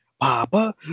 Papa